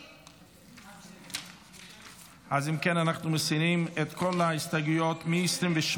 אם כן, אנחנו מסירים את כל ההסתייגויות מ-28.